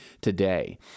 today